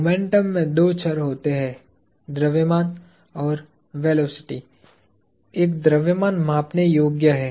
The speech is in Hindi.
मोमेंटम में दो चर होते हैं द्रव्यमान और वेलोसिटी एक द्रव्यमान मापने योग्य है